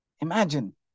Imagine